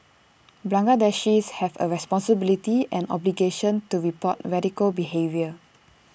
Bangladeshis have A responsibility and obligation to report radical behaviour